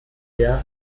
der